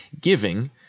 giving